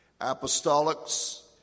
Apostolics